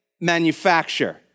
manufacture